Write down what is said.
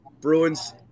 Bruins